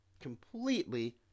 completely